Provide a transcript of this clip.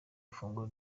ifunguro